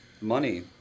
money